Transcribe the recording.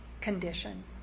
condition